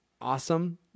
awesome